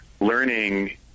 learning